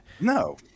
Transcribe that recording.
No